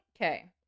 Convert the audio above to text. Okay